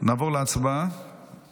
נעבור להצבעה